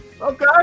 Okay